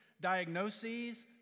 diagnoses